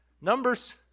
numbers